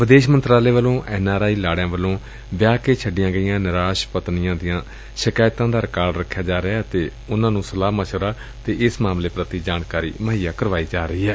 ਵਿਦੇਸ਼ ਮੰਤਰਾਲੇ ਵੱਲੋਂ ਐਨ ਆਰ ਆਈ ਲਾੜਿਆ ਵੱਲੋਂ ਵਿਆਹ ਕੇ ਛੱਡੀਆਂ ਗਈਆਂ ਨਿਰਾਸ਼ ਪਤਨੀਆਂ ਦੀਆਂ ਸ਼ਿਕਾਇਤਾਂ ਦਾ ਰਿਕਾਰਡ ਰੱਖਿਆ ਜਾ ਰਿਹੈ ਅਤੇ ਉਨੂਾਂ ਨੂੰ ਸਲਾਹ ਮਸ਼ਵਰਾ ਅਤੇ ਇਸ ਮਾਮਲੇ ਪੁਤੀ ਜਾਣਕਾਰੀ ਮੁਹੱਈਆ ਕਰਵਾਈ ਜਾ ਰਹੀ ਏ